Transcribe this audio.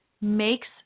makes